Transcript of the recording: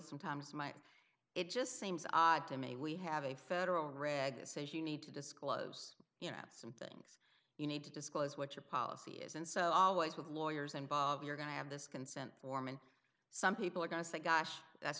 sometimes my it just seems odd to me we have a federal reg says you need to disclose yet something you need to disclose what your policy is and so always with lawyers and bob you're going to have this consent form and some people are going to say gosh that's